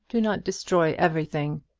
do not destroy everything.